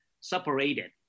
separated